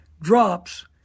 drops